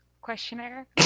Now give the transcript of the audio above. questionnaire